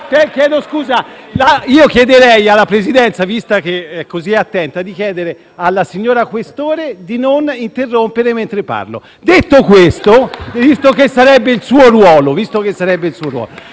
Io chiederei alla Presidenza, visto che è così attenta, di chiedere alla senatrice questore Bottici di non interrompermi mentre parlo, visto che sarebbe il suo ruolo.